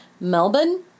Melbourne